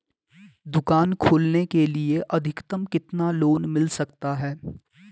दुकान खोलने के लिए अधिकतम कितना लोन मिल सकता है?